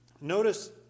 notice